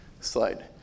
slide